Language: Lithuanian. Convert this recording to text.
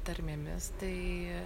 tarmėmis tai